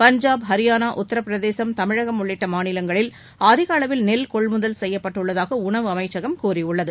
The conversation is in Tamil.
பஞ்சாப் ஹரியானா உத்தரப்பிரதேசம் தமிழ்நாடு உள்ளிட்ட மாநிலங்களில் அதிக அளவில் நெல் கொள்முதல் செய்யப்பட்டுள்ளதாக உணவு அமைச்சகம் கூறியுள்ளது